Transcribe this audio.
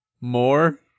more